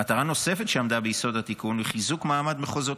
מטרה נוספת שעמדה ביסוד התיקון היא חיזוק מעמד מחוזות